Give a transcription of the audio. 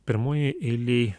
pirmoje eilėj